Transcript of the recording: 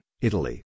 Italy